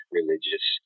religious